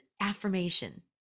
affirmation